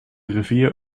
rivier